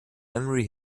memory